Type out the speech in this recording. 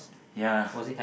ya